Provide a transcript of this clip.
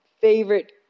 favorite